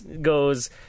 goes